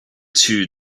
two